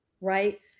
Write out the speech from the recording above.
Right